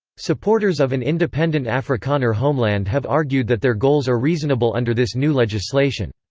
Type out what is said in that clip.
supporters of an independent afrikaner homeland have argued that their goals are reasonable under this new legislation.